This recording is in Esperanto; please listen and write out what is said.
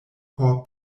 por